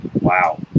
Wow